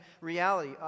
reality